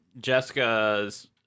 Jessica's